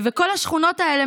כל השכונות האלה,